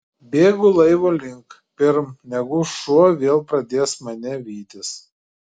bėgu laivo link pirm negu šuo vėl pradės mane vytis